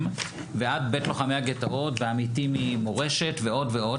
ועד בית לוחמי הגטאות והעמיתים ממורשת ועוד ועוד.